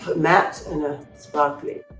but matte and a sparkly.